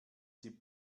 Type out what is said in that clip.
sie